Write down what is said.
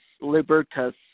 Libertas